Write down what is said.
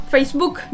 Facebook